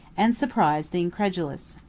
and surprise the incredulous.